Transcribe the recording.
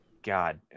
God